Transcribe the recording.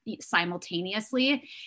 simultaneously